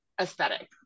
aesthetic